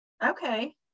Okay